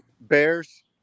bears